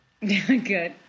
Good